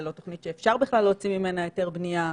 ללא תוכנית שאפשר בכלל להוציא ממנה היתר בנייה.